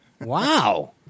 Wow